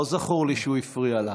לא זכור לי שהוא הפריע לך.